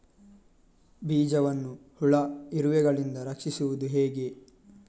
ಬೀಜವನ್ನು ಹುಳ, ಇರುವೆಗಳಿಂದ ರಕ್ಷಿಸುವುದು ಹೇಗೆ?